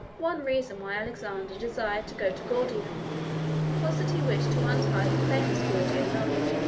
one reason why alexander desired to go to gordium was that he wished to untie the famous gordian knot.